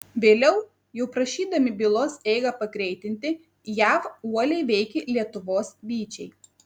vėliau jau prašydami bylos eigą pagreitinti jav uoliai veikė lietuvos vyčiai